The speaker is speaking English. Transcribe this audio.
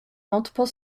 multiple